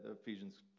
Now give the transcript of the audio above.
Ephesians